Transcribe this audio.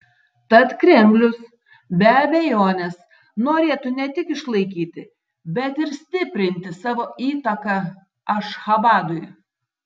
tad kremlius be abejonės norėtų ne tik išlaikyti bet ir stiprinti savo įtaką ašchabadui